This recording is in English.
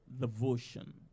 devotion